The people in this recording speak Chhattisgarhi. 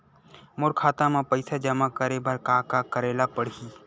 मोर खाता म पईसा जमा करे बर का का करे ल पड़हि?